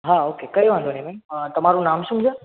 હા ઓકે કંઈ વાંધો નહીં મેમ તમારું નામ શું છે